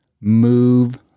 move